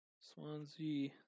Swansea